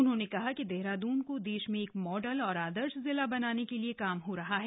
उन्होंने कहा कि देहरादून को देश में एक मॉडल और आदर्श जिला बनाने के लिए काम हो रहा है